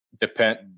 depend